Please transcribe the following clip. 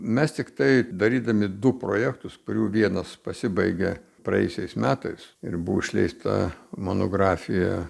mes tiktai darydami du projektus kurių vienas pasibaigė praėjusiais metais ir buvo išleista monografija